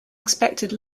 expected